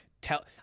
Tell